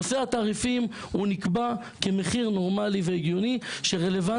נושא התעריפים הוא נקבע כמחיר נורמלי והגיוני שרלוונטי לשלם.